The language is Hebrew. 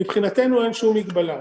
מבחינתנו אין שום מגבלה,